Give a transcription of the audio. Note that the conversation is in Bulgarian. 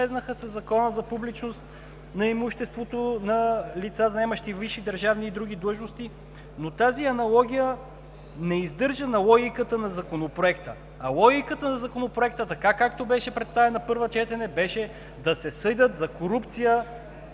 влязоха със Закона за публичност на имуществото на лица, заемащи висши държавни и други длъжности, но тази аналогия не издържа на логиката на Законопроекта. Логиката на Законопроекта, както беше представена на първо четене, беше да се съдят за корупция